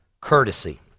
courtesy